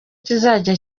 kizajya